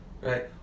Right